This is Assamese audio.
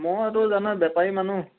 মইতো জানা বেপাৰী মানুহ